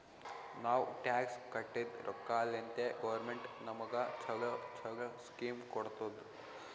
ನಾವ್ ಟ್ಯಾಕ್ಸ್ ಕಟ್ಟಿದ್ ರೊಕ್ಕಾಲಿಂತೆ ಗೌರ್ಮೆಂಟ್ ನಮುಗ ಛಲೋ ಛಲೋ ಸ್ಕೀಮ್ ಕೊಡ್ತುದ್